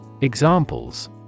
Examples